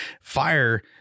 Fire